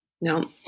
no